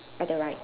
at the right